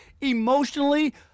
emotionally